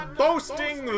BOASTING